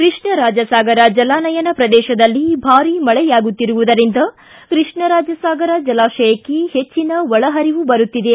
ಕೃಷ್ಣರಾಜಸಾಗರ ಜಲಾನಯನ ಪ್ರದೇಶದಲ್ಲಿ ಭಾರಿ ಮಳೆಯಾಗುತ್ತಿರುವುದರಿಂದ ಕೃಷ್ಣರಾಜಸಾಗರ ಜಲಾಶಯಕ್ಕೆ ಹೆಚ್ಚಿನ ಒಳಪರಿವು ಬರುತ್ತಿದೆ